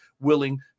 willing